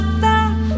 back